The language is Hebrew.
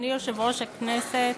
אדוני יושב-ראש הכנסת,